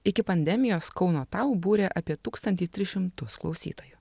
iki pandemijos kauno tau būrė apie tūkstantį tris šimtus klausytojų